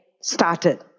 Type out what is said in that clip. started